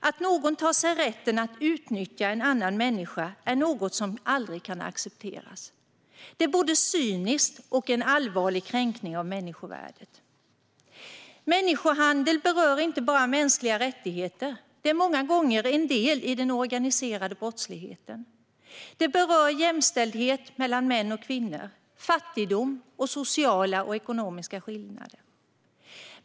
Att någon tar sig rätten att utnyttja en annan människa är något som aldrig kan accepteras. Det är både cyniskt och en allvarlig kränkning av människovärdet. Människohandel berör inte bara mänskliga rättigheter, utan den är många gånger en del i den organiserade brottsligheten. Den berör jämställdhet mellan män och kvinnor, fattigdom samt sociala och ekonomiska skillnader.